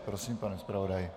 Prosím, pane zpravodaji.